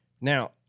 Now